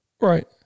Right